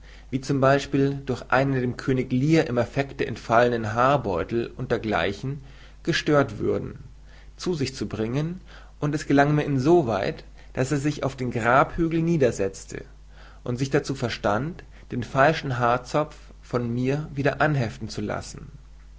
wie z b durch einen dem könig lear im affekte entfallenen haarbeutel u d g gestört würden zu sich zu bringen und es gelang mir in so weit daß er sich auf den grabhügel niedersetzte und sich dazu verstand den falschen haarzopf von mir wieder anheften zu lassen